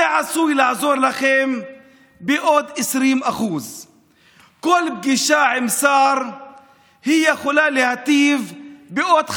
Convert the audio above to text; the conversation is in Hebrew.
זה עשוי לעזור לכם בעוד 20%. כל פגישה עם שר יכולה להיטיב בעוד 5%,